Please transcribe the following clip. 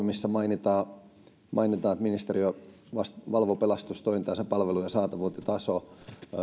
missä mainitaan että ministeriö valvoo pelastustoimintaa sen palvelujen saatavuutta ja tasoa